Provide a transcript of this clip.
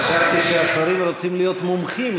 חשבתי שהשרים רוצים להיות מומחים,